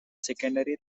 secondary